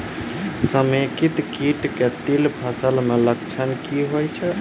समेकित कीट केँ तिल फसल मे लक्षण की होइ छै?